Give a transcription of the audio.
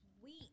sweet